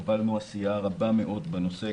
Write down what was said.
הובלנו עשייה רבה מאוד בנושא,